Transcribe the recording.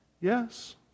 Yes